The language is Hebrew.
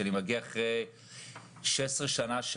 שאני מגיע אחרי 16 שנים.